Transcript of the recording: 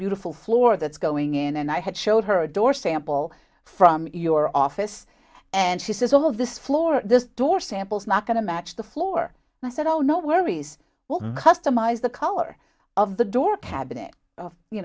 beautiful floor that's going in and i had showed her a door sample for your office and she says all of this floor this door samples not going to match the floor and i said oh no worries will customize the color of the door cabinet